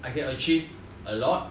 I can achieve a lot